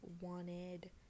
wanted